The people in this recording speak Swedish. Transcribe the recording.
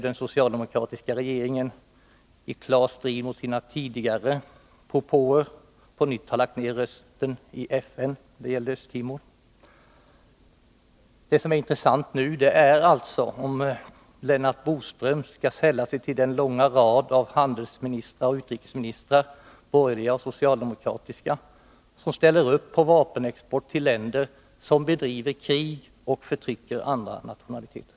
Den socialdemokratiska regeringen har ju i klar strid mot sina tidigare propåer på nytt lagt ned sin röst i FN när det gällt Östtimor. E Vad som är intressant nu är om Lennart Bodström skall sälla sig till den långa rad av handelsministrar och utrikesministrar, borgerliga och socialdemokratiska, som ställer upp på vapenexport till länder som bedriver krig och förtrycker andra nationaliteter.